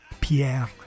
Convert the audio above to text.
Pierre